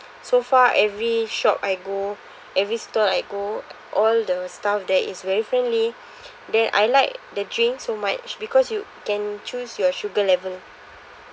so far every shop I go every store I go all the staff there is very friendly then I like the drink so much because you can choose your sugar level